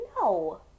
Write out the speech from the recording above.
no